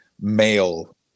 male